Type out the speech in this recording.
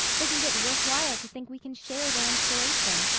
isn't it worthwhile to think we can share their inspiration?